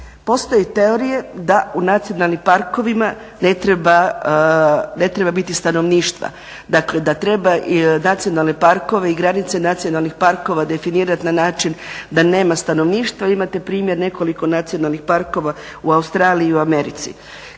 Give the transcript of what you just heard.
Postoje teorije da u nacionalnim parkovima ne treba biti stanovništva, dakle da treba nacionalne parkove i granice nacionalnih parkova definirati na način da nema stanovništva, imate primjer nekoliko nacionalnih parkova u Australiji i u Americi.